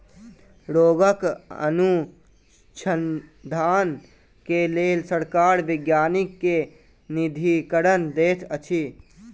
रोगक अनुसन्धान के लेल सरकार वैज्ञानिक के निधिकरण दैत अछि